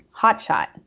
Hotshot